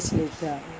five years later